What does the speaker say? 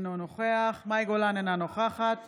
אינו נוכח מאי גולן, אינה נוכחת